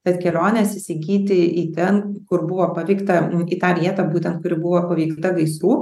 tad keliones įsigyti į ten kur buvo paveikta į tą vietą būtent kuri buvo paveikta gaisų